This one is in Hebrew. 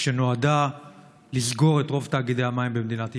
שנועדה לסגור את רוב תאגידי המים במדינת ישראל.